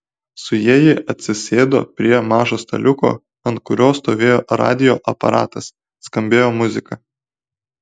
su ja ji atsisėdo prie mažo staliuko ant kurio stovėjo radijo aparatas skambėjo muzika